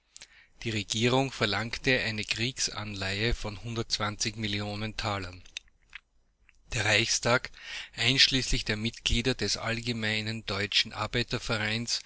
die regierung verlangte eine kriegsanleihe von millionen talern der reichstag einschließlich der mitglieder des allgemeinen deutschen